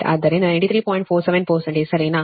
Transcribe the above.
47 ಸರಿನಾ